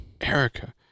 Erica